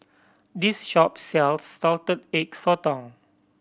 this shop sells Salted Egg Sotong